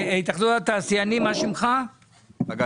התאחדות התעשיינים, רצית